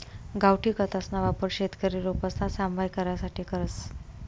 गावठी खतसना वापर शेतकरी रोपसना सांभाय करासाठे करस